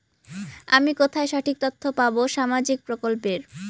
আমি কোথায় সঠিক তথ্য পাবো সামাজিক প্রকল্পের?